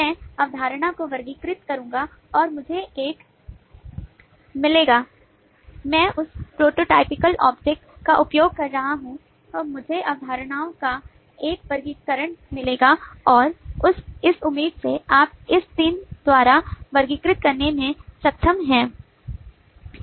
मैं अवधारणा को वर्गीकृत करूंगा और मुझे एक मिलेगा मैं उसprototypical object का उपयोग कर रहा हूं मुझे अवधारणा का एक वर्गीकरण मिलेगा और इस उम्मीद से आप इस तीन द्वारा वर्गीकृत करने में सक्षम हैं